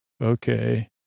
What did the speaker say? Okay